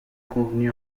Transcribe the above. convenu